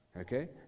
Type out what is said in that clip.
Okay